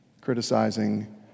criticizing